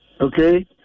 Okay